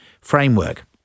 framework